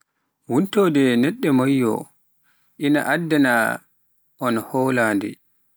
Wontude neɗɗo moƴƴo ina addana on hoolaade.